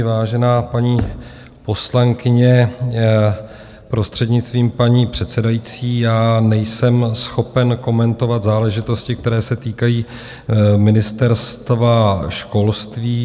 Vážená paní poslankyně, prostřednictvím paní předsedající, nejsem schopen komentovat záležitosti, které se týkají Ministerstva školství.